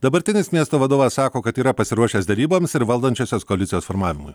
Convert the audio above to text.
dabartinis miesto vadovas sako kad yra pasiruošęs deryboms ir valdančiosios koalicijos formavimui